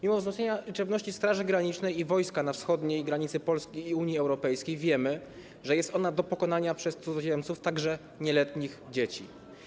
Mimo zwiększenia liczebności Straży Granicznej i wojska na wschodniej granicy Polski i Unii Europejskiej wiemy, że jest ona do pokonania przez cudzoziemców, także nieletnie dzieci.